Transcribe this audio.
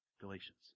Galatians